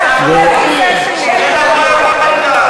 לצד של האמת.